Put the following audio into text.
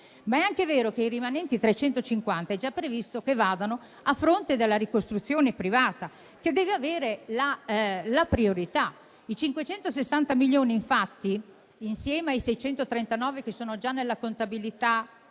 ma è anche vero che i rimanenti 350 è già previsto che vadano a fronte della ricostruzione privata, che deve avere la priorità. I 560 milioni infatti, insieme ai 639 che sono già nella contabilità